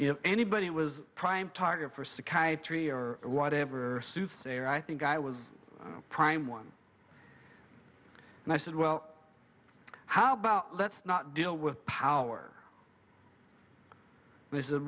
if anybody was prime target for psychiatry or whatever soothsayer i think i was prime one and i said well how about let's not deal with power this is